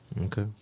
okay